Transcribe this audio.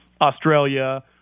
Australia